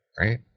right